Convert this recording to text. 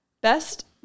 Best